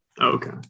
Okay